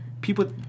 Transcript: people